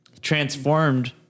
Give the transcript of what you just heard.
transformed